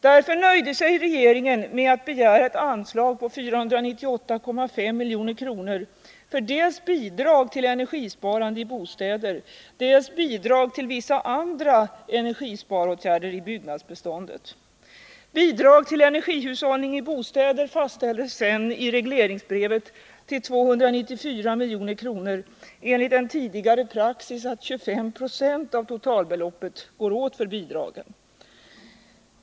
Därför nöjde sig regeringen med att begära ett anslag på 498,5 milj.kr. för dels bidrag till energisparande i bostäder, dels bidrag till vissa andra energisparåtgärder i byggnadsbeståndet. Bidrag till energihushållning i bostäder fastställdes sedan i regleringsbrevet till 294 milj.kr. enligt en tidigare praxis att 25 20 av totalbeloppet går åt till bidragen.